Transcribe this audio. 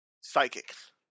psychics